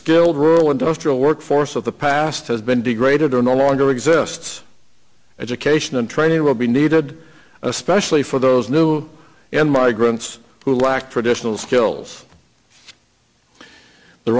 skilled rural industrial workforce of the past has been degraded or no longer exists education and training will be needed especially for those new and migrants who lack traditional skills the